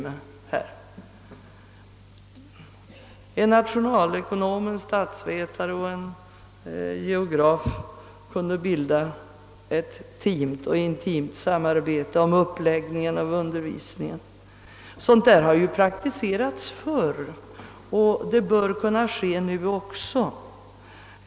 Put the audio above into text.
Ett sådant team kunde utgöras av exempelvis en «nationalekonom, en statsvetare och en geograf, vilka i intimt samarbete skulle lägga upp undervisningen. Sådant samarbete har ju praktiserats förr, och det bör kunna ske nu också.